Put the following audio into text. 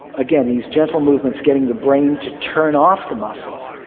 again, these gentle movements, getting the brain to turn off the muscles.